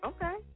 Okay